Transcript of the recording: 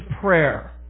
prayer